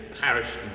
parish